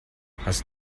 hast